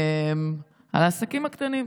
על העסקים הקטנים.